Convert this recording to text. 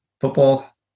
football